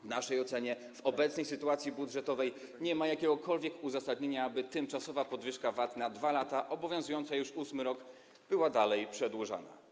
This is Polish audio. W naszej ocenie w obecnej sytuacji budżetowej nie ma jakiegokolwiek uzasadnienia, aby utrzymywanie tymczasowej podwyżki VAT, na 2 lata, obowiązującej już ósmy rok było dalej przedłużane.